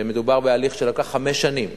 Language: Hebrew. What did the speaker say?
ומדובר בהליך שלקח חמש שנים,